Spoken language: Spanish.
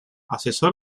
asesor